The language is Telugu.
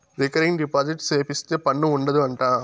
రికరింగ్ డిపాజిట్ సేపిత్తే పన్ను ఉండదు అంట